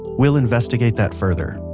we'll investigate that further,